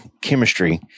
chemistry